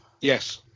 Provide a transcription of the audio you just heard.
Yes